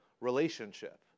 relationship